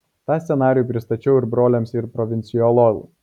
tą scenarijų pristačiau ir broliams ir provincijolui